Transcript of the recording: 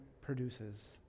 produces